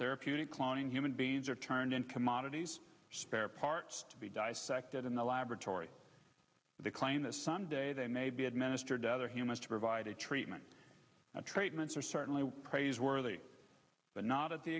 therapeutic cloning human beings are turned into commodities spare parts to be dissected in the laboratory they claim this sunday they may be administered other humans to provide a treatment of treatments or certainly praiseworthy but not at the